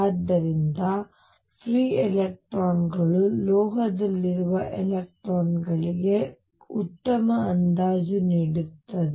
ಆದ್ದರಿಂದ ಫ್ರೀ ಎಲೆಕ್ಟ್ರಾನ್ಗಳು ಲೋಹದಲ್ಲಿರುವ ಎಲೆಕ್ಟ್ರಾನ್ಗಳಿಗೆ ಉತ್ತಮ ಅಂದಾಜು ನೀಡುತ್ತವೆ